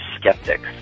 skeptics